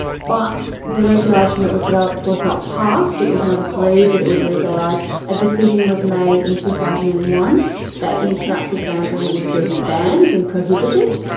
but the regulation that was developed was not passed, it was not agreed that it would legalise. a ah decision was made in two thousand and one that interactive gambling would be banned and prohibited,